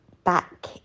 back